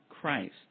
Christ